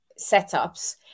setups